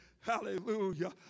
Hallelujah